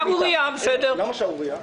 למה שערורייה?